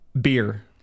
beer